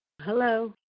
Hello